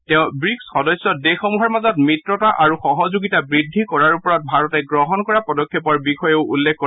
তেওঁ ৱীকছ সদস্য দেশসমূহৰ মাজত মিত্ৰতা আৰু সহযোগিতা বৃদ্ধি কৰাৰ ওপৰত ভাৰতে গ্ৰহণ কৰা পদক্ষেপৰ বিষয়ে উল্লেখ কৰে